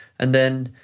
and then,